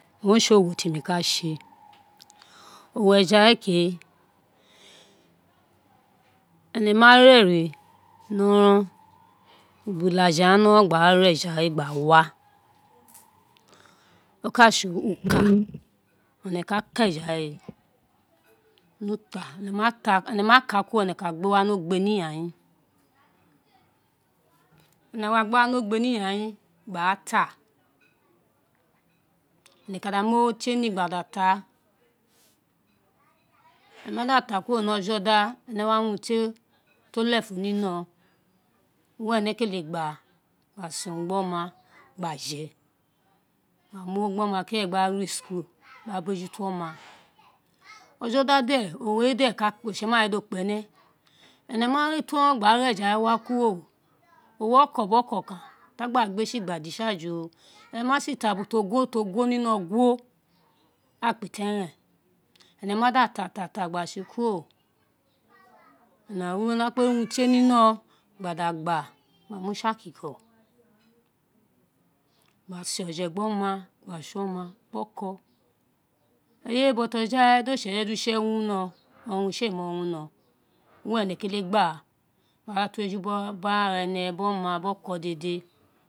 Owun re se owo tímo ka se owo eja we ke ene ma re eri ubo ilaje gha noron gba ra ra eja we gba wa o ka oburun owun ane ka ka eja we ene mo ka a kuro ene ka gbe wa ni ogbe ni iyanyin ene mo gbe wa ni ogbe ni iyanyin gba la ene ka da mu tie ni gba da ta a eme ma da to kuro ni ejo da, ene ri urun tie ti o lefun ninoron owe owun ene kele gba oma gba je gba ee urun gbe oma gba je gbo mu gbe oma keren gba re school, gba bejuto oma, ojo da de uro ka kpa, oritse ee wa je di o kpa ene, ene ma re to ghon gba a ra eja kuro, ogho oko gbe oko kan, ti a gbo gbe si gba discharge ro, ene maa ta ubo ho guo, to guo ni no guo akpa ita eren ene ma da ta to gha se kuro ene we kpe ri eren me wino gha da gha me se ma ko gha da se eje gbe oma gbe se oma biri oko, eye bejo ghawe oritse tesi use wino oronron we mo wino lune ene kele gba gho tu eju ara ene biri ana biri owo dede.